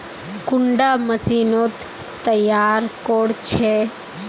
कुंडा मशीनोत तैयार कोर छै?